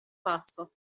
passo